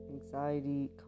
anxiety